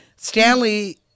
Stanley